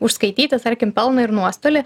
užskaityti tarkim pelną ir nuostolį